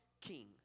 king